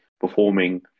performing